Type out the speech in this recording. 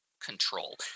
control